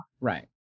Right